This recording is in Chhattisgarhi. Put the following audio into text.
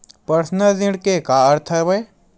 पर्सनल ऋण के का अर्थ हवय?